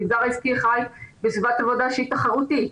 המגזר העסקי חי בסביבת עבודה שהיא תחרותית.